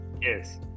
Yes